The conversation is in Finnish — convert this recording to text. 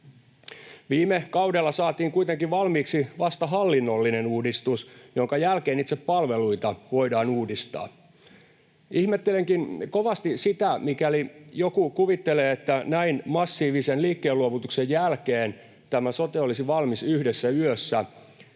Viime kaudella saatiin kuitenkin valmiiksi vasta hallinnollinen uudistus, jonka jälkeen itse palveluita voidaan uudistaa. Ihmettelenkin kovasti, mikäli joku kuvittelee, että näin massiivisen liikkeenluovutuksen jälkeen tämä sote olisi valmis yhdessä yössä,